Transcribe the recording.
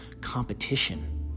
competition